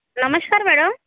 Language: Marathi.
नमस्कार मॅडम